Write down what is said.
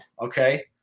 okay